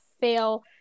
fail